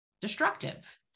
destructive